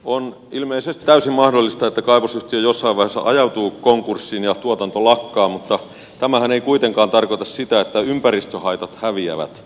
on ilmeisesti täysin mahdollista että kaivosyhtiö jossain vaiheessa ajautuu konkurssiin ja tuotanto lakkaa mutta tämähän ei kuitenkaan tarkoita sitä että ympäristöhaitat häviävät